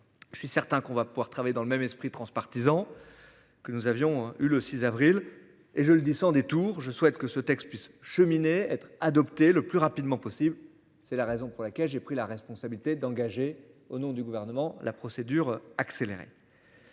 Je suis certain qu'on va pouvoir travailler dans le même esprit transpartisan. Que nous avions eu le 6 avril et je le dis sans détour, je souhaite que ce texte puisse cheminer être adopté le plus rapidement possible. C'est la raison pour laquelle j'ai pris la responsabilité d'engager au nom du gouvernement, la procédure accélérée.